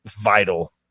vital